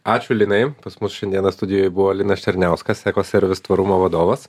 ačiū linai pas mus šiandieną studijoj buvo linas černiauskas eco service tvarumo vadovas